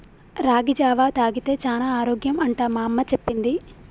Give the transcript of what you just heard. రాగి జావా తాగితే చానా ఆరోగ్యం అంట మా అమ్మ చెప్పింది